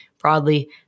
broadly